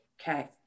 Okay